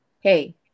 hey